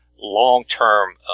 long-term